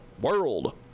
world